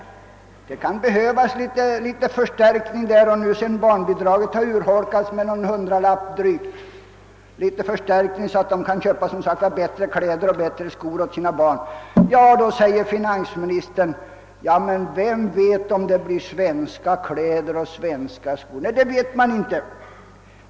Det kan behövas litet förstärkning i detta avseende, sedan nu barnbidraget har urholkats med någon hundralapp. Men då säger finansministern: Vem vet, om det blir svenska kläder och svenska skor? Nej, det vet man inte!